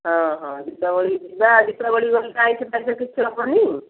ହଁ ହଁ ଦୀପାବଳିକୁ ଯିବା ଦୀପାବଳି ଗଲେ ଆଇଁଷ ଫାଇଁଷ କିଛି ହେବନି